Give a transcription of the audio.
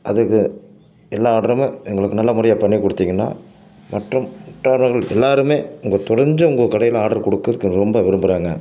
அதுக்கு எல்லா ஆட்ரும் எங்களுக்கு நல்ல முறையாக பண்ணி கொடுத்திங்கன்னா மற்றும் உற்றார்கள் எல்லாேருமே உங்கள் தொடர்ந்து உங்கள் கடையில் ஆட்ரு கொடுக்குறக்கு ரொம்ப விரும்புகிறாங்க